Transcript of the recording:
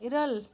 ᱤᱨᱟ ᱞ